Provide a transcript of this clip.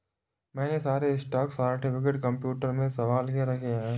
मैंने सारे stock certificate computer में संभाल के रखे हैं